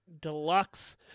Deluxe